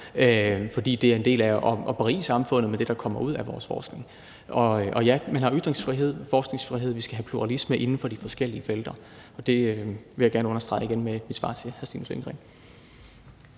fordi det er en del af at berige samfundet med det, der kommer ud af vores forskning. Og ja, man har ytringsfrihed og forskningsfrihed, og vi skal have pluralisme inden for de forskellige felter. Det vil jeg gerne understrege igen med mit svar til hr. Stinus Lindgreen.